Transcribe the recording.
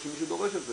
או שמישהו דורש את זה.